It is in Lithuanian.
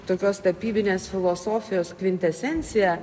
tokios tapybinės filosofijos kvintesencija